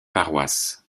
paroisses